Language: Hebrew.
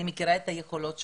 אני מכירה את היכולות שלך.